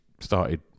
started